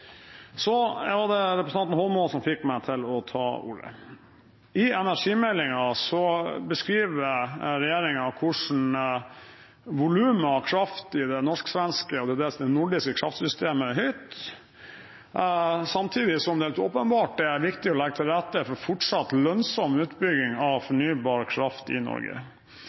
Det var representanten Eidsvoll Holmås som fikk meg til å ta ordet. I energimeldingen beskriver regjeringen hvordan volumet av kraft i det nordiske kraftsystemet er høyt, samtidig som det helt åpenbart er viktig å legge til rette for fortsatt lønnsom utbygging av fornybar kraft i Norge.